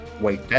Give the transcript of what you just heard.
wait